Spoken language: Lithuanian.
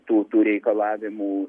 tų tų reikalavimų